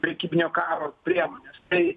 prekybinio karo priemones tai